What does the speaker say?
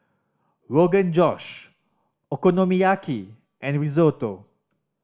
Rogan Josh Okonomiyaki and Risotto